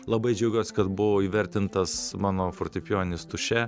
labai džiaugiuosi kad buvo įvertintas mano fortepijoninis tušė